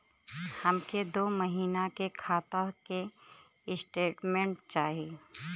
हमके दो महीना के खाता के स्टेटमेंट चाही?